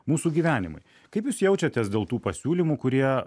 mūsų gyvenimai kaip jūs jaučiatės dėl tų pasiūlymų kurie